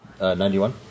91